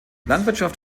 landwirtschaft